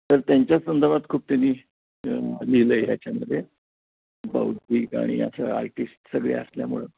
तर त्यांच्याच संदर्भात खूप त्यांनी लिहिलं आहे याच्यामध्ये बौद्धिक आणि असं आर्टिस्ट सगळे असल्यामुळं